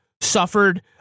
suffered